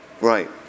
Right